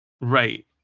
right